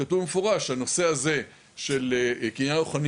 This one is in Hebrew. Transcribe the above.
כתוב במפורש שהנושא הזה של קניין רוחני